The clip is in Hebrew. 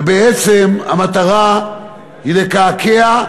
ובעצם המטרה היא לקעקע,